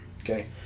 Okay